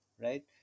right